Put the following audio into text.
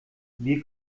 wir